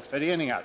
föreningar.